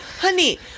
honey